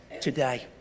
today